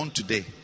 today